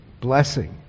blessing